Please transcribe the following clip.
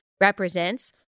represents